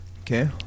Okay